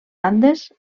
andes